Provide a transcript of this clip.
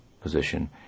position